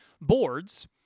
boards